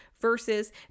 versus